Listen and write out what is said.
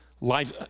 life